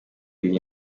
iyi